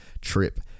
trip